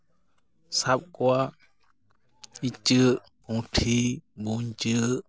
ᱥᱟᱵ ᱠᱚᱣᱟ ᱤᱪᱟᱹᱜ ᱯᱩᱴᱷᱤ ᱜᱩᱸᱡᱟᱹ